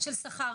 של שכר,